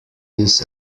this